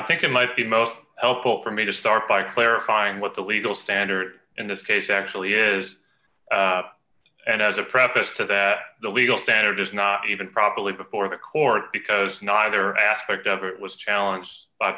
i think it might be most helpful for me to start by clarifying what the legal standard in this case actually is and as a preface to that the legal standard is not even probably before the court because neither aspect of it was challenged by